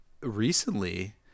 recently